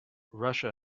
russia